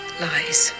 lies